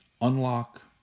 Unlock